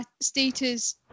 status